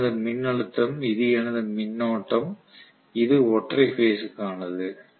இது எனது மின்னழுத்தம் இது எனது மின்னோட்டம் இது ஒற்றை பேஸ் க்கானது